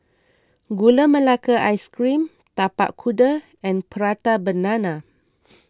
Gula Melaka Ice Cream Tapak Kuda and Prata Banana